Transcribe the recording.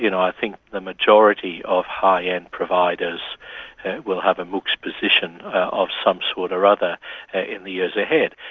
you know i think the majority of high end providers will have a moocs position of some sort or other in the years ahead.